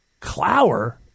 Clower